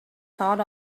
thought